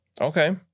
Okay